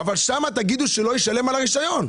אבל שם תגידו שלא ישלם על הרשיון.